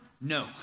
No